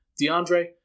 DeAndre